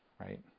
Right